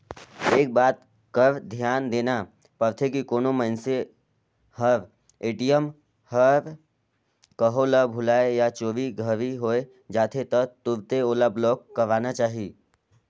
एक बात कर धियान देना परथे की कोनो मइनसे हर ए.टी.एम हर कहों ल भूलाए या चोरी घरी होए जाथे त तुरते ओला ब्लॉक कराना चाही